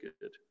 good